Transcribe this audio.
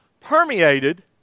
permeated